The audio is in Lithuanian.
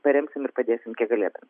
paremsim ir padėsim kiek galėdami